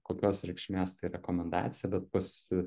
kokios reikšmės tai rekomendacija bet pasi